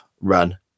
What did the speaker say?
run